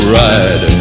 ride